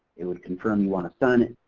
it would confirm you want to sign it,